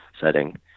setting